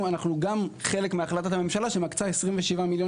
גם אנחנו חלק מהחלטת הממשלה שמקצה 27 מיליון